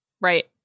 Right